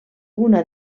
una